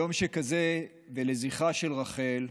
ביום שכזה, ולזכרה של רחל,